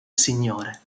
signore